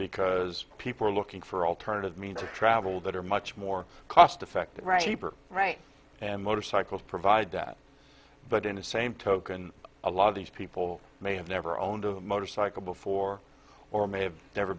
because people are looking for alternative means of travel that are much more cost effective right right and motorcycles provide that but in the same token a lot of these people may have never owned a motorcycle before or may have never